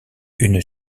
une